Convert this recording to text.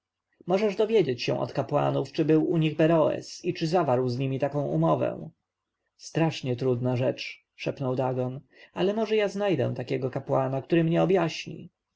możesz dowiedzieć się od kapłanów czy był u nich beroes i czy zawarł z nimi taką umowę strasznie trudna rzecz szepnął dagon ale może ja znajdę takiego kapłana który mnie objaśni